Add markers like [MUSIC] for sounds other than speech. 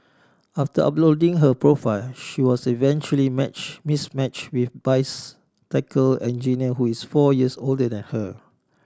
after uploading her profile she was eventually match mismatch with [UNINTELLIGIBLE] engineer who is four years older than her